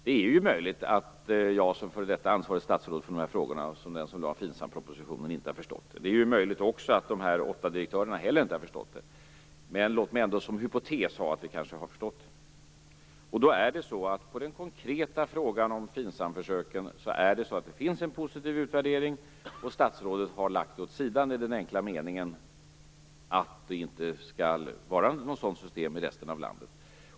Det är möjligt att jag, som före detta ansvarigt statsråd för de här frågorna och som den som lade fram FINSAM-propositionen, inte har förstått det. Det är också möjligt att de åtta direktörerna inte heller har förstått det. Låt mig ändå ha som hypotes att de kanske har förstått. På den konkreta frågan om FINSAM-försöken är svaret att det finns en positiv utvärdering. Statsrådet har lagt detta åt sidan, i den enkla meningen att det inte skall vara något sådant system i resten av landet.